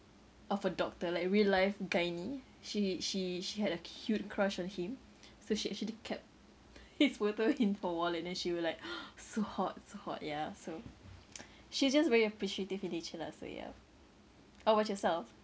of a doctor like real life gynae she she she had a cute crush on him so she actually kept his photo in her wallet then she will like so hot so hot yeah so she's just very appreciative in nature lah so ya what about yourself